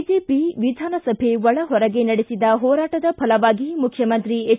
BJP ವಿಧಾನಸಭೆ ಒಳ ಹೊರಗೆ ನಡೆಸಿದ ಹೋರಾಟದ ಫಲವಾಗಿ ಮುಖ್ಯಮಂತ್ರಿ ಹೆಚ್